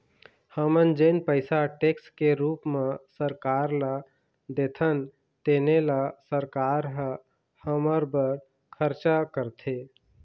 हमन जेन पइसा टेक्स के रूप म सरकार ल देथन तेने ल सरकार ह हमर बर खरचा करथे